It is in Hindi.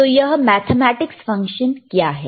तो यह मैथमेटिक्स फंक्शन क्या है